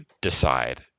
decide